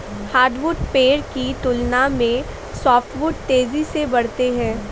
hardwood पेड़ की तुलना में सॉफ्टवुड तेजी से बढ़ते हैं